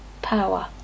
power